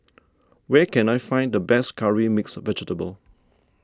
where can I find the best Curry Mixed Vegetable